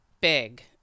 big